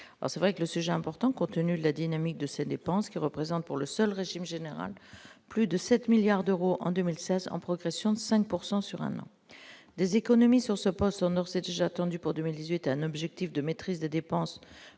c'est vrai que le sujet important contenu la dynamique de cette dépenses qui représente, pour le seul régime général plus de 7 milliards d'euros en 2016 en progression de 5 pourcent sur un an, des économies sur ce poste Somerset j'attendu pour 2018, un objectif de maîtrise des dépenses,